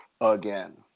again